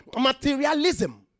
materialism